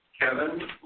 Kevin